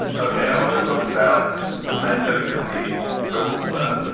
ok. i want to talk about manchester city football club.